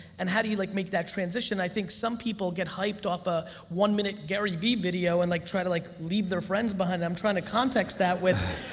and how do you like make that transition? i think some people get hyped up a one-minute garyvee video and like try to like leave their friends behind. i'm trying to context that with,